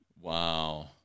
Wow